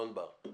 אלון בר,